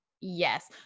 yes